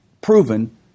proven